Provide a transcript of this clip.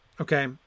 Okay